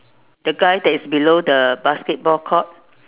the guy that is below the basketball court